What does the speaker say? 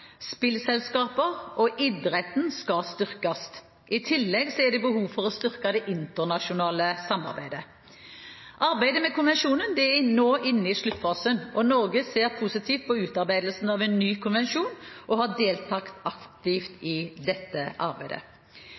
spillselskaper og idretten skal styrkes. I tillegg er det behov for å styrke det internasjonale samarbeidet. Arbeidet med konvensjonen er nå inne i sluttfasen. Norge ser positivt på utarbeidelsen av en ny konvensjon og har deltatt aktivt i arbeidet. Jeg vil avslutte med å si at arbeidet